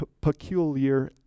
peculiar